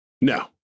No